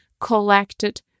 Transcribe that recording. collected